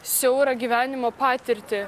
siaurą gyvenimo patirtį